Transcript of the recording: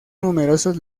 numerosos